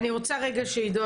אני רוצה רגע שעידו,